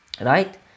Right